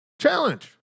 Challenge